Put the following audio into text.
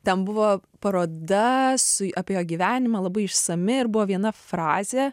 ten buvo paroda su apie jo gyvenimą labai išsami ir buvo viena frazė